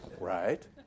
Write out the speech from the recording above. Right